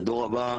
שהדור הבא,